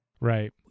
Right